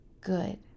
good